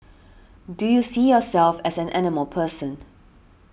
do you see yourself as an animal person